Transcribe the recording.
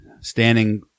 standing